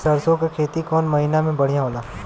सरसों के खेती कौन महीना में बढ़िया होला?